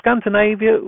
Scandinavia